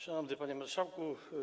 Szanowny Panie Marszałku!